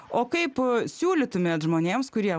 o kaip siūlytumėt žmonėms kurie